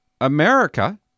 America